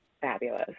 Fabulous